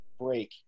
break